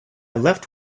left